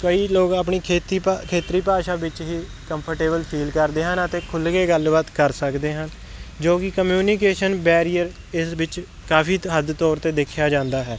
ਕਈ ਲੋਕ ਆਪਣੀ ਖੇਤੀ ਭਾ ਖੇਤਰੀ ਭਾਸ਼ਾ ਵਿੱਚ ਹੀ ਕੰਫਰਟੇਬਲ ਫੀਲ ਕਰਦੇ ਹਨ ਅਤੇ ਖੁੱਲ੍ਹ ਕੇ ਗੱਲਬਾਤ ਕਰ ਸਕਦੇ ਹਨ ਜੋ ਕਿ ਕਮਿਊਨੀਕੇਸ਼ਨ ਬੈਰੀਅਰ ਇਸ ਵਿੱਚ ਕਾਫੀ ਹੱਦ ਤੌਰ 'ਤੇ ਦੇਖਿਆ ਜਾਂਦਾ ਹੈ